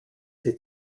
sie